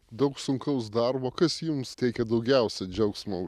daug sunkaus darbo kas jums teikia daugiausia džiaugsmo